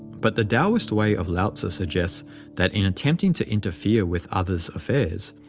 but the taoist way of lao-tzu suggests that in attempting to interfere with others' affairs,